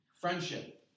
Friendship